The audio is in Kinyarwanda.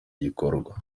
gikorwa